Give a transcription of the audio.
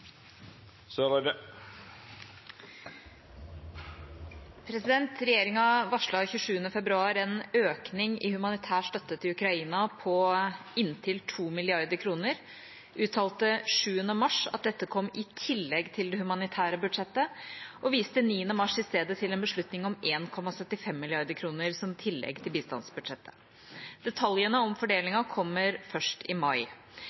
Så vil Troms og Indre Troms, som er et tungt forsvarsområde, være opptatt av at de nå har en regjering som prioriterer forsvar og beredskap og nasjonal trygghet. «Regjeringen varslet 27. februar en økning i humanitær støtte til Ukraina på inntil 2 milliarder kroner, uttalte 7. mars at dette kom i tillegg til det humanitære budsjettet, og viste 9. mars i stedet til en beslutning om